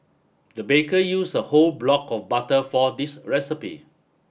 the baker use a whole block of butter for this recipe